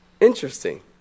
Interesting